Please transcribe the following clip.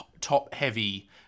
top-heavy